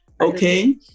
Okay